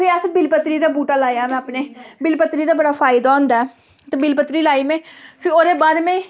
फ्ही असें बील पत्तरी दा बूह्टा लाया अपने बील पत्तरी दा बड़ा फायदा होंदा ऐ बील पत्तरी लाई में फ्ही ओह्दे बाद में